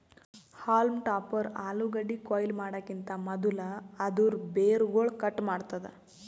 haulm topper ಆಲೂಗಡ್ಡಿ ಕೊಯ್ಲಿ ಮಾಡಕಿಂತ್ ಮದುಲ್ ಅದೂರ್ ಬೇರುಗೊಳ್ ಕಟ್ ಮಾಡ್ತುದ್